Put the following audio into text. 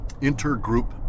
intergroup